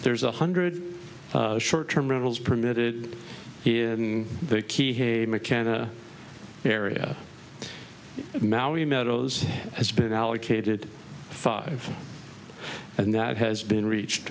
there's one hundred short term rentals permitted in the key hey mckenna area of maui meadows has been allocated five and that has been reached